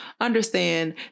understand